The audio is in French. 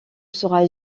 sera